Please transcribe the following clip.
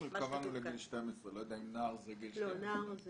אנחנו התכוונו לגיל 12. אני לא יודע אם נער זה גיל 12. נער הוא